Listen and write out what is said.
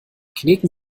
kneten